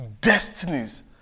destinies